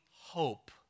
hope